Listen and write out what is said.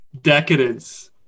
Decadence